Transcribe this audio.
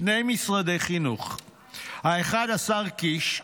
שני משרדי חינוך, האחד, השר קיש,